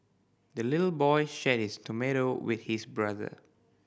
the little boy shared his tomato with his brother